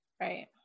Right